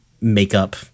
makeup